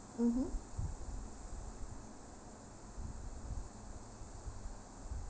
mmhmm